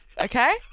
Okay